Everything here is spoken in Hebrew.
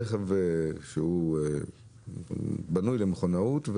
רכב שבנוי למכונאות,